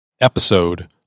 episode